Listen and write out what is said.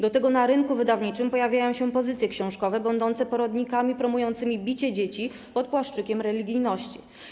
Do tego na rynku wydawniczym pojawiają się pozycje książkowe będące poradnikami promującymi bicie dzieci pod płaszczykiem religijności.